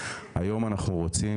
היום אנחנו רוצים,